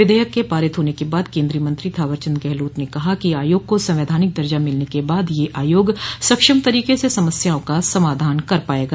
विधेयक के पारित होने के बाद केन्द्रीय मंत्रो थॉवरचन्द गहलोत ने कहा कि आयोग को संवैधानिक दर्जा मिलने के बाद यह आयोग सक्षम तरीके से समस्याओं का समाधान कर पायेगा